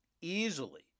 easily